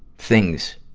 things